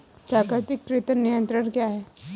प्राकृतिक कृंतक नियंत्रण क्या है?